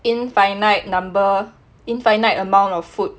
infinite number infinite amount of food